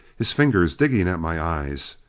his fingers digging at my eyes.